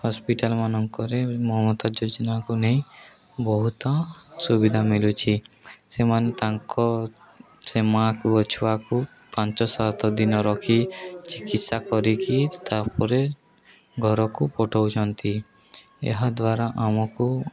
hospital ମାନଙ୍କରେ ମମତା ଯୋଜନାକୁ ନେଇ ବହୁତ ସୁବିଧା ମିଳୁଛି ସେମାନେ ତାଙ୍କ ସେ ମା'କୁ ଛୁଆକୁ ପାଞ୍ଚ ସାତ ଦିନ ରଖି ଚିକିତ୍ସା କରିକି ତା'ପରେ ଘରକୁ ପଠାଉଛନ୍ତି ଏହାଦ୍ୱାରା ଆମକୁ